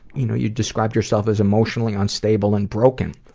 you know, you described yourself as emotionally unstable and broken.